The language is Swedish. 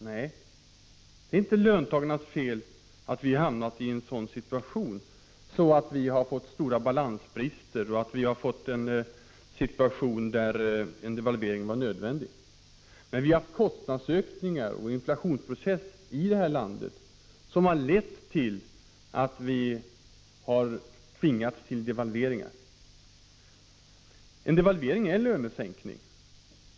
Nej, det är inte löntagarnas fel att vi har hamnat i en sådan situation att vi har fått stora balansbrister, en situation där en devalvering var nödvändig. Vi har haft kostnadsökningar och en inflationsprocess här i landet som har lett till att vi tvingats till devalveringar. En devalvering är en lönesänkning.